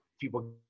people